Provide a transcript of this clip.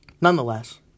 Nonetheless